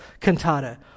cantata